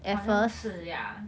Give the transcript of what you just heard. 好像是 ya